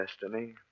destiny